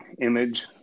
image